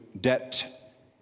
debt